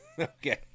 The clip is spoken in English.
Okay